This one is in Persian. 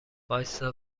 واستا